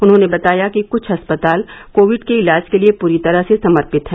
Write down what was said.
उन्होंने बताया कि कुछ अस्पताल कोविड के इलाज के लिए पूरी तरह से समर्पित हैं